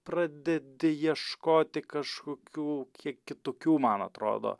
pradedi ieškoti kažkokių kiek kitokių man atrodo